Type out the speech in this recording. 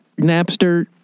Napster